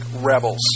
rebels